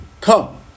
Come